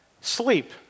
sleep